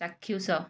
ଚାକ୍ଷୁଷ